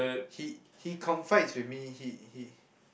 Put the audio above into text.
he he confides with me he he